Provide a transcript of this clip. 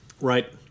right